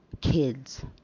kids